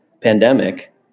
pandemic